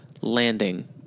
landing